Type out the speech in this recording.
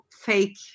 fake